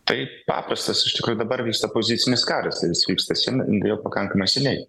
tai paprastas iš tikrųjų dabar vyksta pozicinis karas ir jis vyksta sen jau pakankamai seniai